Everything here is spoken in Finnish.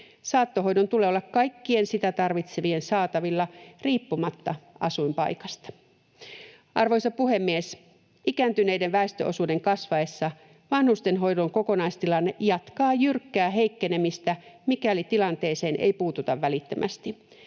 Saattohoidon tulee olla kaikkien sitä tarvitsevien saatavilla riippumatta asuinpaikasta. Arvoisa puhemies! Ikääntyneiden väestöosuuden kasvaessa vanhustenhoidon kokonaistilanne jatkaa jyrkkää heikkenemistä, mikäli tilanteeseen ei puututa välittömästi.